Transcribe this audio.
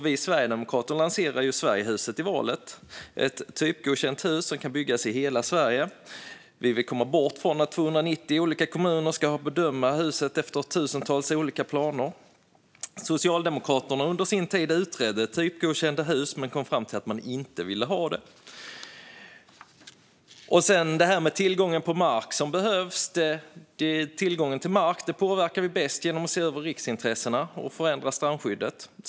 Vi sverigedemokrater lanserade Sverigehuset i valet. Det är ett typgodkänt hus som kan byggas i hela Sverige. Vi vill komma bort från att 290 olika kommuner ska ha att bedöma hus efter tusentals olika planer. Socialdemokraterna på sin tid utredde typgodkända hus men kom fram till att man inte ville ha det. Vad gäller tillgången på mark som behövs påverkar man den bäst genom att se över riksintressena och förändra strandskyddet.